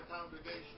congregation